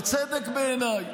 בצדק בעיניי.